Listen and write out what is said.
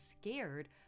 scared